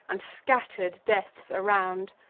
and scatter'd deaths around.